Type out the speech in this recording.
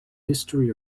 history